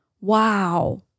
Wow